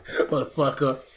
Motherfucker